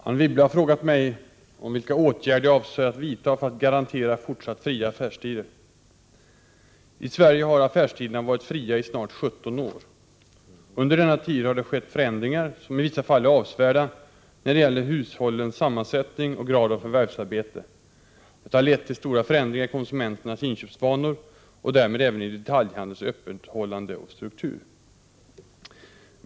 Herr talman! Anne Wibble har frågat mig vilka åtgärder jag avser att vidta för att garantera fortsatt fria affärstider. I Sverige har affärstiderna varit fria i snart 17 år. Under denna tid har det skett förändringar, som i vissa fall är avsevärda, när det gäller hushållens sammansättning och grad av förvärvsarbete. Detta har lett till stora förändringar i konsumenternas inköpsvanor och därmed även i detaljhandelns öppethållande och struktur.